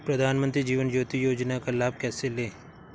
प्रधानमंत्री जीवन ज्योति योजना का लाभ कैसे लें?